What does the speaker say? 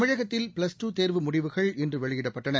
தமிழகத்தில் plus two தேர்வு முடிவுகள் இன்று வெளியிடப்பட்டன